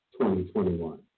2021